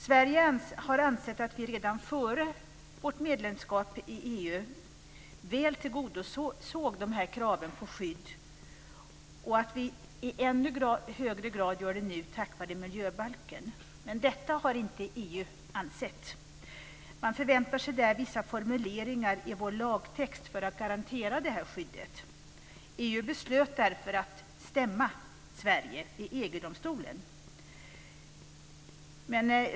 Sverige har ansett att vi redan före vårt medlemskap i EU väl tillgodosåg de här kraven på skydd, och att vi gör det i ännu högre grad nu tack vare miljöbalken. Men detta har inte EU ansett. Man förväntar sig vissa formuleringar i vår lagtext för att garantera skyddet. EU beslöt därför att stämma Sverige i EG-domstolen.